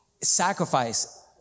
sacrifice